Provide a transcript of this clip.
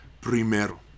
Primero